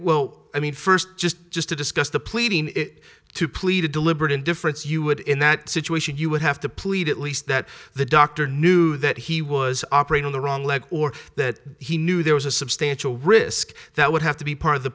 well i mean first just just to discuss the pleading it to plead a deliberate indifference you would in that situation you would have to plead at least that the doctor knew that he was operating the wrong leg or that he knew there was a substantial risk that would have to be part of the